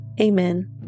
Amen